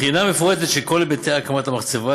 בחינה מפורטת של כל היבטי הקמת המחצבה,